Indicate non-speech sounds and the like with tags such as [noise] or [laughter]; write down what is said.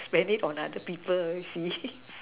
spend it on other people you see [noise]